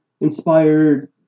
Inspired